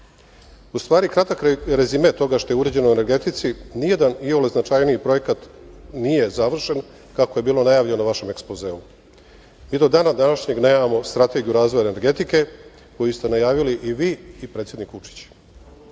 stvari, kratak rezime toga što je urađeno u energetici nijedan iole značajniji projekat nije završen kako je bilo najavljeno u vašem ekspozeu. Mi do dana današnjeg nemamo strategiju razvoja energetike koju ste najavili i vi i predsednik